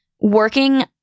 working